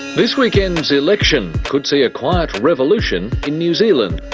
this weekend's election could see a quiet revolution in new zealand.